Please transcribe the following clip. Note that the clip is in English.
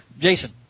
Jason